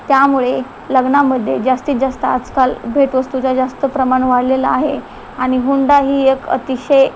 त्यामुळे लग्नामध्ये जास्तीत जास्त आजकाल भेटवस्तूचा जास्त प्रमाण वाढलेला आहे आणि हुंडा ही एक अतिशय